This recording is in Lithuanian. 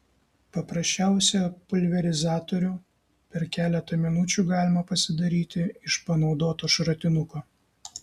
paprasčiausią pulverizatorių per keletą minučių galima pasidaryti iš panaudoto šratinuko